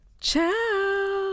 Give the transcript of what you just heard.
ciao